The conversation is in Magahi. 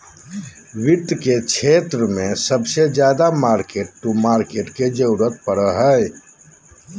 वित्त के क्षेत्र मे सबसे ज्यादा मार्किट टू मार्केट के जरूरत पड़ो हय